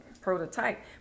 prototype